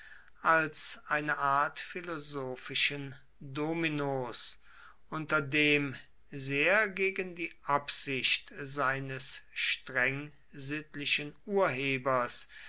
als eine art philosophischen dominos unter dem sehr gegen die absicht seines streng sittlichen urhebers